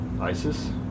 Isis